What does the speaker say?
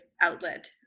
outlet